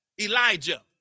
Elijah